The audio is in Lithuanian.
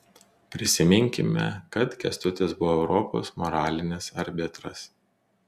prisiminkime kad kęstutis buvo europos moralinis arbitras